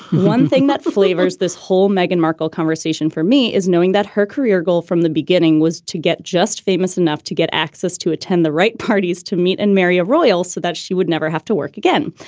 one thing that flavors this whole meghan markle conversation for me is knowing that her career goal from the beginning was to get just famous enough to get access to attend the right parties, to meet and marry a royal so that she would never have to work again.